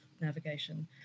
Navigation